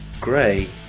grey